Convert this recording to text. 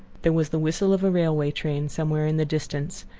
there was the whistle of a railway train somewhere in the distance,